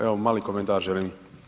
Evo mali komentar želim.